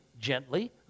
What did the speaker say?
gently